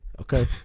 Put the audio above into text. Okay